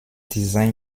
design